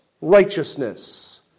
righteousness